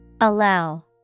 Allow